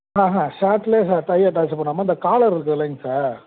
haha ஷர்ட்லேயே டையை attach பண்ணாமல் அந்த காலர் இருக்குதுலேங்க சார்